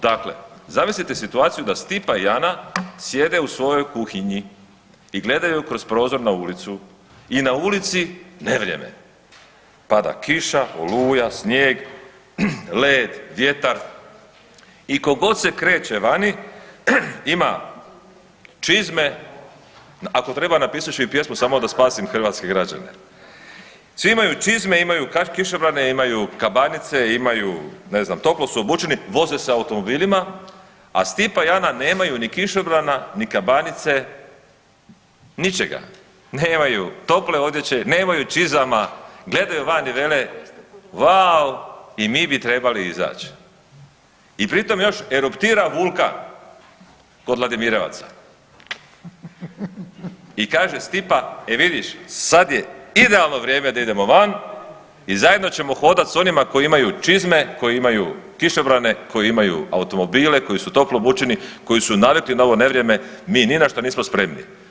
Dakle, zamislite situaciju da Stipa i Ana sjede u svojoj kuhinji i gledaju kroz prozor na ulicu i na ulici nevrijeme, pada kiša, oluja, snijeg, led, vjetar i ko god se kreće vani ima čizme, ako treba napisat ću i pjesmu samo da spasim hrvatske građane, svi imaju čizme, imaju kišobrane, imaju kabanice, imaju ne znam toplo su obučeni, voze se automobilima, a Stipa i Ana nemaju ni kišobrana, ni kabanice, ničega, nemaju tople odjeće, nemaju čizama, gledaju van i vele, vau i mi bi trebali izać i pri tom eruptira vulkan kod Vladimirevaca i kaže Stipa e vidiš sad je idealno vrijeme da idemo van i zajedno ćemo hodat s onima koji imaju čizme, koji imaju kišobrane, koji imaju automobile, koji su toplo obučeni, koji su navikli na ovo nevrijeme, mi ni na što nismo spremi.